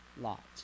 Lot